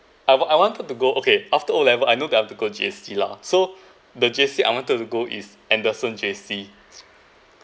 I I wanted to go okay after O levels I know them to go to J_C lah so the J_C I wanted to go is anderson J_C